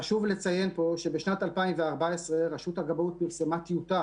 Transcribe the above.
חשוב לציין פה שבשנת 2014 רשות הכבאות פרסמה טיוטה